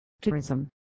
tourism